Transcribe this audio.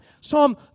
Psalm